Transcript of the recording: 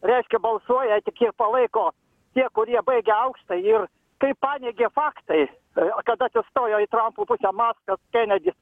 reiškia balsuoja tik ir palaiko tie kurie baigę aukštąjį ir tai paneigė faktai kada atsistojo į trampo pusę maskas kenedis